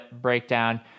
breakdown